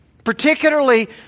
particularly